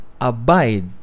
abide